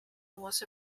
was